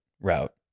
route